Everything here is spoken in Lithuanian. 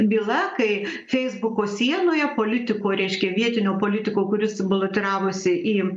byla kai feisbuko sienoje politiko reiškia vietinio politiko kuris balotiravosi į